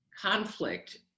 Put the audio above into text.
conflict